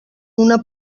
una